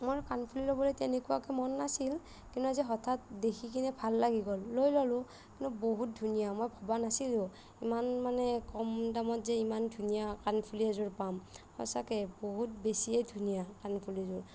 মোৰ কাণফুলি ল'বলৈ তেনেকুৱাকৈ মন নাছিল কিন্তু আজি হঠাৎ দেখি কিনি ভাল লাগি গ'ল লৈ ল'লোঁ কিন্তু বহুত ধুনীয়া মই ভবা নাছিলোঁ ইমান মানে কম দামত যে ইমান ধুনীয়া কাণফুলি এযোৰ পাম সঁচাকৈ বহুত বেছিয়েই ধুনীয়া কাণফুলিযোৰ